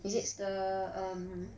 it's the um